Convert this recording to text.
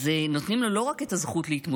אז נותנים לו לא רק את הזכות להתמודד.